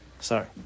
Sorry